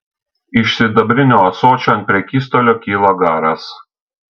iš sidabrinio ąsočio ant prekystalio kyla garas